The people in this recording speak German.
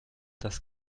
das